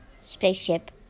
spaceship